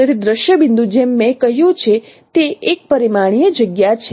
તેથી દ્રશ્ય બિંદુ જેમ મેં કહ્યું છે તે એક પરિમાણીય જગ્યા છે